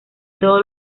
todos